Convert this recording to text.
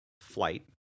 flight